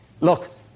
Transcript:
Look